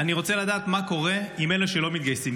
אני רוצה לדעת מה קורה עם אלה שלא מתגייסים,